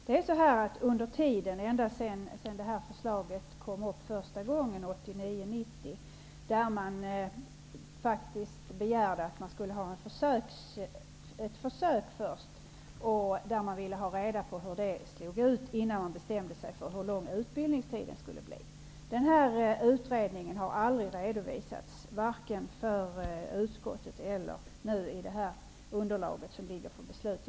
Detta förslag kom upp för första gången 1989--1990, då man först ville göra ett försök och ta reda på hur det slog ut innan man bestämde sig för hur lång utbildningstiden skulle bli. Denna utredning har aldrig redovisats, vare sig för utskottet eller i underlaget för riksdagsbeslutet.